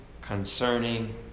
concerning